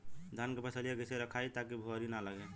धान क फसलिया कईसे रखाई ताकि भुवरी न लगे?